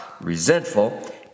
resentful